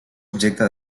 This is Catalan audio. objecte